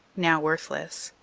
now worthless.